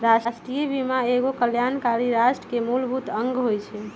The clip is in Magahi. राष्ट्रीय बीमा एगो कल्याणकारी राष्ट्र के मूलभूत अङग होइ छइ